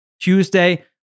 Tuesday